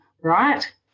right